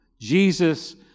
Jesus